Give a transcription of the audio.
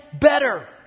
better